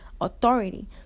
authority